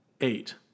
eight